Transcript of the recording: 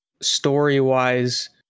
story-wise